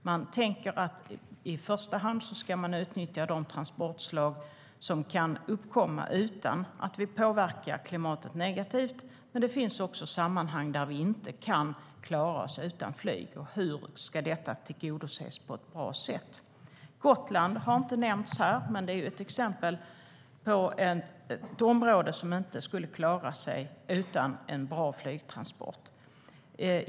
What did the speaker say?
Jag tänker att vi i första hand ska utnyttja de transportslag som kan uppkomma utan att vi påverkar klimatet negativt, men det finns också sammanhang där vi inte kan klara oss utan flyg. Hur ska detta tillgodoses på ett bra sätt? Gotland har inte nämnts här, men det är ett exempel på ett område som inte skulle klara sig utan bra flygtransporter.